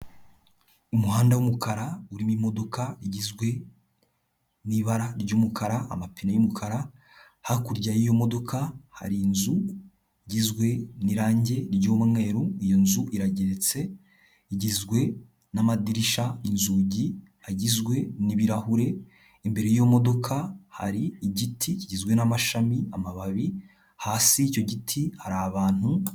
Umuhanda w'umukara urimo imodoka igizwe n'ibara ry'umukara amapine y'umukara, hakurya y'iyo modoka hari inzu igizwe n'irangi ry'umweru, iyo nzu irageretse igizwe n'amadirisha, inzugi agizwe n'ibirahure, imbere y'iyo modoka hari igiti kigizwe n'amashami, amababi, hasi y'icyo giti hari abantu.